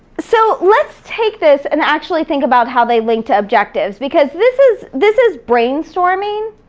so let's take this and actually think about how they link to objectives, because this is this is brainstorming,